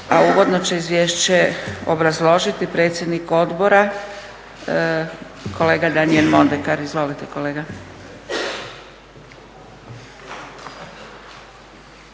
a uvodno će izvješće obrazložiti predsjednik odbora kolega Daniel Mondekar. Izvolite kolega.